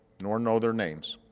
nor know their names.